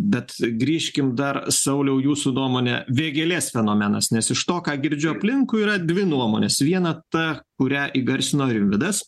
bet grįžkim dar sauliau jūsų nuomone vėgėlės fenomenas nes iš to ką girdžiu aplinkui yra dvi nuomonės viena ta kurią įgarsino rimvydas